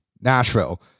nashville